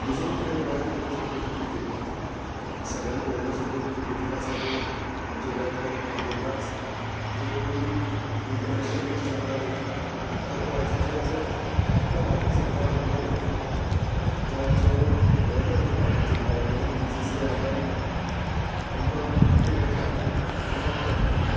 दुसरो खेळ गोंयान फेमस म्हणटा तो क्रिकेट सगळ्यान व्हडलो स्टेडियम क्रिकेटीक आसा तो आमच्या गोंयान परत फातोड्डाच थंय पयलू इंटरनॅशनल मॅची जाताल्यो आतां तो एसोसिएनाचो आपल्या मालकीचो ग्रावंड न्हूय तो आमचो गोवर्मेंटाचो मालकीचो ग्रावंड म्हणून बी सी सी आय आतां तांकां क्रिकेट मॅची हांगा एलोट करनात